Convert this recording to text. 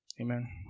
amen